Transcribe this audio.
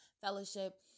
fellowship